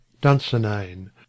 Dunsinane